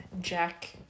Jack